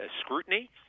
scrutiny